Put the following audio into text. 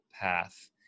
path